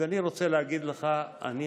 אז אני רוצה להגיד לך, אני